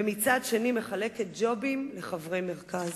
ומצד שני מחלקת ג'ובים לחברי מרכז.